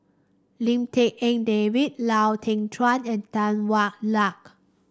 Lim Tik En David Lau Teng Chuan and Tan Hwa Luck